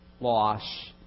loss